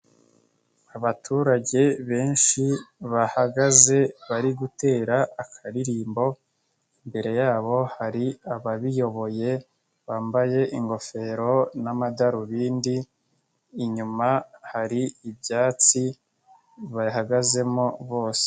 Abaturage benshi bahagaze bari gutera akaririmbo, imbere yabo hari ababiyoboye bambaye ingofero n'amadarubindi, inyuma hari ibyatsi bahagazemo bose.